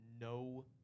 no